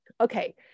Okay